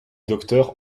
docteur